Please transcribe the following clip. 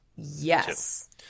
yes